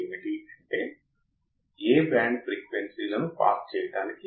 అంటే ఖచ్చితంగా Vin చాలా సులభం సరియైనది